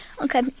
okay